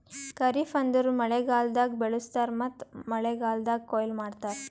ಖರಿಫ್ ಅಂದುರ್ ಮಳೆಗಾಲ್ದಾಗ್ ಬೆಳುಸ್ತಾರ್ ಮತ್ತ ಮಳೆಗಾಲ್ದಾಗ್ ಕೊಯ್ಲಿ ಮಾಡ್ತಾರ್